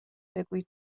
بگویید